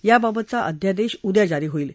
याबाबतचा अध्यादेश उद्या जारी होईल